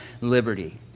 liberty